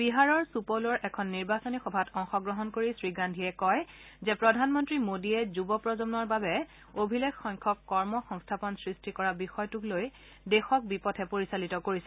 বিহাৰৰ সুপৌলৰ এখন নিৰ্বাচনী সভাত অংশগ্ৰহণ কৰি শ্ৰীগান্ধীয়ে কয় যে প্ৰধানমন্ত্ৰী মোদীয়ে যুৱ প্ৰজন্মৰ বাবে অভিলেখ সংখ্যক কৰ্ম সংস্থাপন সৃষ্টি কৰাৰ বিষয়টোক লৈ দেশক বিপথে পৰিচালিত কৰিছে